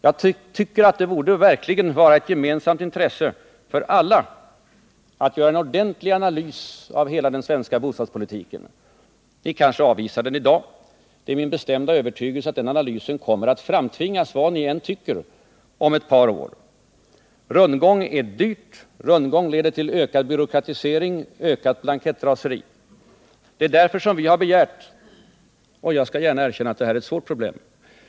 Jag tycker att det verkligen borde vara ett gemensamt intresse för alla att göra en ordentlig analys av hela den svenska bostadspolitiken. Ni kanske avvisar en sådan i dag, men det är min bestämda övertygelse att den analysen kommer att framtvingas vad ni än tycker om ett par år. Rundgång är dyrt. Rundgång leder till ökad byråkratisering och ökat blankettraseri, och jag skall gärna erkänna att detta är ett svårt problem.